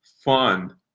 fun